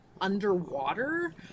underwater